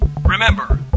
Remember